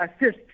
assist